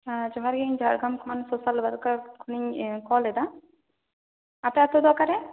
ᱡᱚᱦᱟᱨ ᱜᱮ ᱤᱧ ᱡᱷᱟᱨᱜᱨᱟᱢ ᱠᱷᱚᱱ ᱥᱳᱥᱟᱞ ᱳᱨᱟᱠ ᱠᱷᱚᱱᱤᱧ ᱠᱚᱞ ᱮᱫᱟ ᱟᱯᱮ ᱟᱛᱳ ᱫᱚ ᱚᱠᱟᱨᱮ